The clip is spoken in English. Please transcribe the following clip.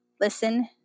listen